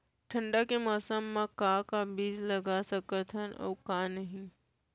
ठंडा के मौसम मा का का बीज लगा सकत हन अऊ का नही?